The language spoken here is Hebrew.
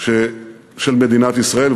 של מדינת ישראל,